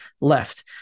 left